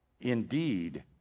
indeed